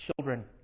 children